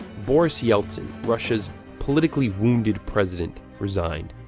boris yeltsin, russia's politically wounded president, resigned.